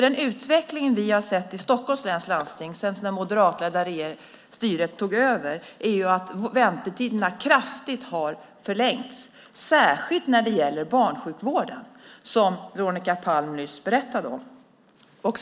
Den utveckling vi har sett i Stockholms läns landsting sedan det moderatledda styret tog över är att väntetiderna kraftigt har förlängts, särskilt när det gäller barnsjukvården, som Veronica Palm nyss berättade om.